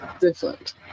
different